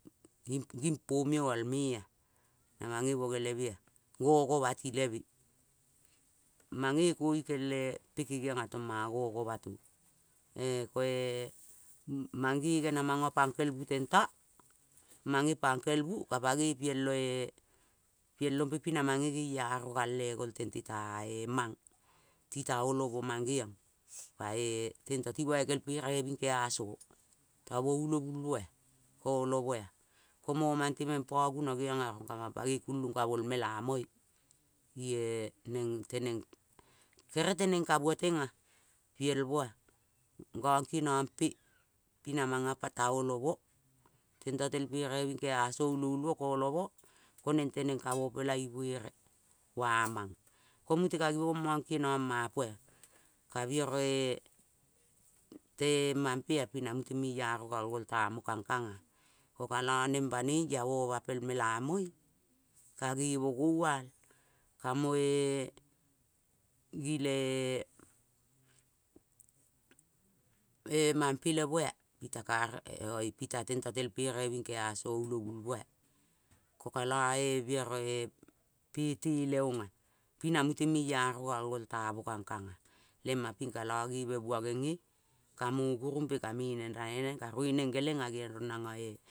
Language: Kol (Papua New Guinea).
Nging pomiol mee ea. Na mange bonge le me ea ngo gobati leme. Mange kongikelneepe kengiong ea to mang ngo gobato. Ee ko e mange nge na mango panke bu tento, mange pakel bu ka pangoi pielo pielo pi namange ngeiaro gal e gol tente ta e mang. Ti ta olo mo mangeiong tit ta tento ti bai kel pereve bing keago tamo ulobul mo ea, kolo me ea ko momang le meng po guno geiong rong kamang pangoi kulong ka mo eal mela moe ineng leneng gerel teneng ka bua teng ea piel bo ea. Gong kieno mpe pi na ma ta olo mo, tento tel pereve bing keaso ulobul mo ko olo mo, ko neng leneng ka mo ipela i buere ua mong. Ko mute ka gibong mo kieno ma po ea ka biero ea le mang mpe pina mute meiaro gal gol ta mo kangkang ea. Ko ka lo neng banoia mo pel mela moe, ka nge mo ngual ka mo e gilee mampe le mo ea pita car oe pita tento tel pereve bing keaso ulabul mo ea. Ko kalo biero pe tele ong ea pi na mule meiaro gal gol ta mo kangkang ea le ma ping la lo gebua nge ngee kamo gurung mpe ka me neng raneneng ka rue neng ngeleng ea rong, nangoe